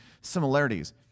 similarities